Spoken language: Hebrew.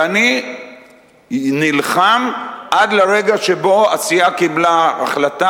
ואני נלחם עד לרגע שבו הסיעה קיבלה החלטה,